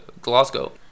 glasgow